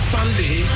Sunday